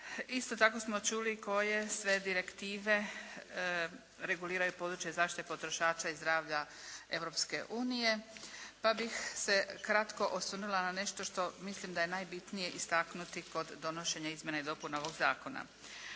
Isto tako smo čuli koje sve direktive reguliraju područje zaštite potrošača i zdravlja Europske unije. Pa bih se kratko osvrnula na nešto što mislim da je najbitnije istaknuti kod donošenja izmjena i dopuna ovog zakona.